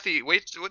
wait